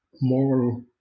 moral